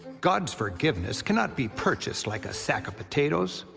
god's forgiveness cannot be purchased like a sack of potatoes.